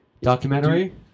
documentary